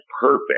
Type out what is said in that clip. perfect